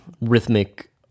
rhythmic